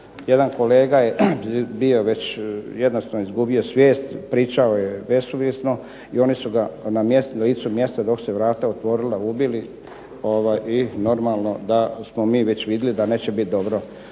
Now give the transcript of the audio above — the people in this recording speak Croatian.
jedan kolega je bio već jednostavno izgubio svijest, pričao je nesuvislo i oni su ga na licu mjesta dok su se vrata otvorila ubili i normalno da smo mi već vidjeli da neće biti dobro.